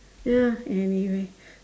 ya anyway